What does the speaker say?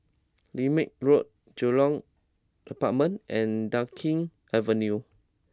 Lermit Road Jurong Apartments and Dunkirk Avenue